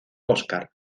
oscar